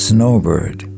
Snowbird